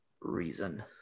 Reason